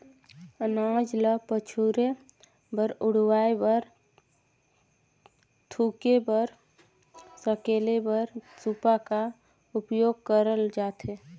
अनाज ल पछुरे बर, उड़वाए बर, धुके बर, सकेले बर सूपा का उपियोग करल जाथे